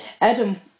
Adam